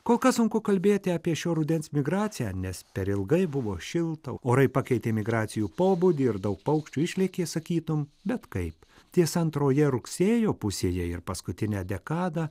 kol kas sunku kalbėti apie šio rudens migraciją nes per ilgai buvo šilta orai pakeitė migracijų pobūdį ir daug paukščių išlėkė sakytum bet kaip tiesa antroje rugsėjo pusėje ir paskutinę dekadą